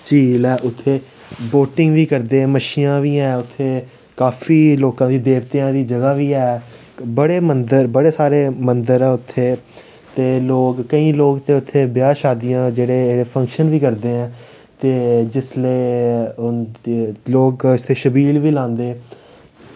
झील ऐ बोटिंग बी करदे मच्छियां बी ऐ उत्थै काफी लोकें दी देवतें दी जगह बी ऐ बड़े मन्दर बड़े सारे मन्दर ऐ उत्थै ते केईं लोक ते उत्थै ब्याह् शादियां जेह्ड़े फंक्शन बी करदे ऐ ते जिसले मतलब कि लोग छवील बी लांदे ऐ